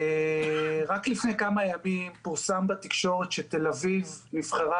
רק לפני כמה ימים פורסם בתקשורת שתל אביב נבחרה